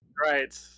Right